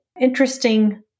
interesting